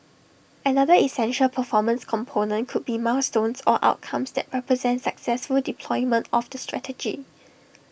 another essential performance component could be milestones or outcomes that represent successful deployment of the strategy